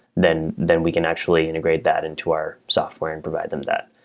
then then we can actually integrate that into our software and provide them that.